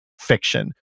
fiction